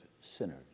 sinners